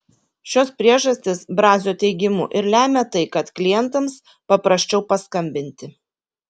šios priežastys brazio teigimu ir lemia tai kad klientams paprasčiau paskambinti